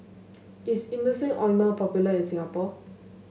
is Emulsying Ointment popular in Singapore